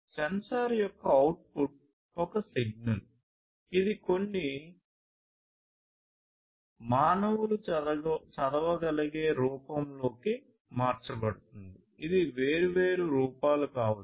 censor యొక్క output ఒక signal ఇది కొన్ని మానవలు చదవగలిగే రూపంలోకి మార్చబడుతుంది ఇది వేర్వేరు రూపాలు కావచ్చు